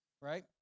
Right